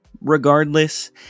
regardless